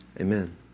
Amen